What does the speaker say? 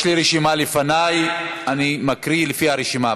יש לי רשימה לפני, אני מקריא לפי הרשימה.